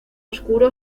oscuro